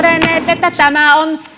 että